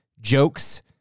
jokes